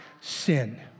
sin